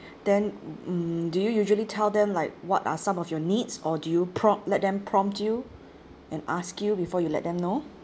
then mm do you usually tell them like what are some of your needs or do you pro~ let them prompt you and ask you before you let them know